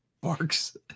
barks